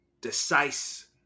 decisive